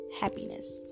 happiness